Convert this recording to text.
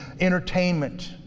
entertainment